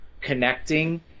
connecting